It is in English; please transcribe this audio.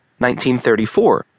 1934